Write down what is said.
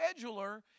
scheduler